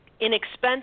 inexpensive